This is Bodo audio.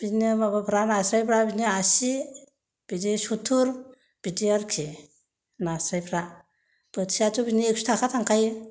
बिदिनो माबाफ्रा नास्रायफ्रा बिदिनो आसि बिदि सथुर बिदि आरखि नास्रायफ्रा बोथिया थ' बिदिनो एखस' थाखा थांखायो